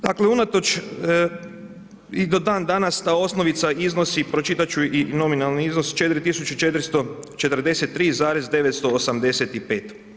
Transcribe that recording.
Dakle unatoč i do dan danas ta osnovica iznosi, pročitati ću i nominalni iznos 4443,985.